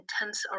intense